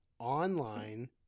online